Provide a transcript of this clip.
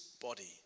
body